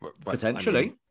Potentially